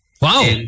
Wow